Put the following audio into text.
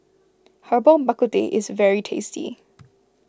Herbal Bak Ku Teh is a very tasty